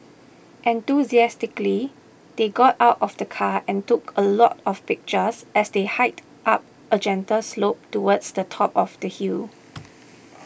enthusiastically they got out of the car and took a lot of pictures as they hiked up a gentle slope towards the top of the hill